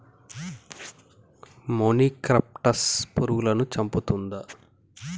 మొనిక్రప్టస్ పురుగులను చంపేస్తుందా?